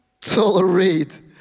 tolerate